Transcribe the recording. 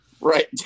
Right